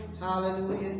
Hallelujah